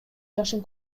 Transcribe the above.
жашын